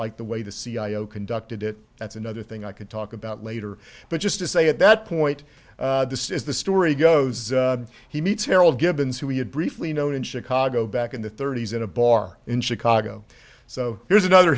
like the way the cia conducted it that's another thing i could talk about later but just to say at that point this is the story goes he meets harold givens who we had briefly known in chicago back in the thirty's in a bar in chicago so there's another